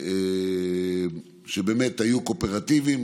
שבאמת היו קואופרטיביים,